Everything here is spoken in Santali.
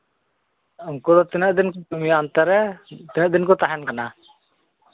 ᱩᱱᱠᱩ ᱛᱤᱱᱟᱹᱜ ᱫᱤᱱ ᱠᱚ ᱠᱟᱹᱢᱤᱭᱟ ᱚᱱᱛᱮ ᱨᱮ ᱛᱤᱱᱟᱹᱜ ᱫᱤᱱ ᱠᱚ ᱛᱟᱦᱮᱱ ᱠᱟᱱᱟ